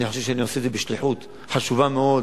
אני חושב שאני עושה את זה בשליחות חשובה מאוד.